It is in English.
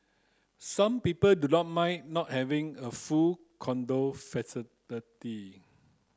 some people do not mind not having a full condo facility